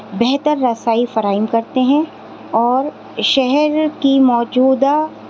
بہتر رسائی فراہم کرتے ہیں اور شہر کی موجودہ